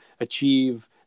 achieve